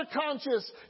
conscious